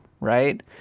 right